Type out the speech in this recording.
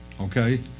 okay